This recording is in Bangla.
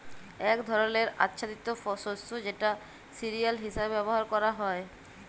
এক ধরলের আচ্ছাদিত শস্য যেটা সিরিয়াল হিসেবে ব্যবহার ক্যরা হ্যয়